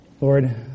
Lord